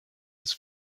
was